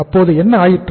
அப்போது என்ன ஆயிற்று